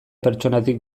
pertsonatik